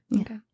okay